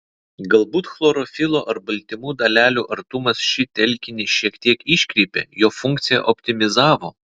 galbūt chlorofilo ar baltymų dalelių artumas šį telkinį šiek tiek iškreipė jo funkciją optimizavo